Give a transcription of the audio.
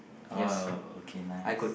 uh okay nice